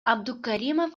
абдукаримов